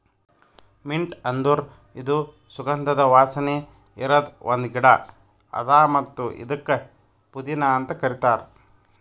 mint ಅಂದುರ್ ಇದು ಸುಗಂಧದ ವಾಸನೆ ಇರದ್ ಒಂದ್ ಗಿಡ ಅದಾ ಮತ್ತ ಇದುಕ್ ಪುದೀನಾ ಅಂತ್ ಕರಿತಾರ್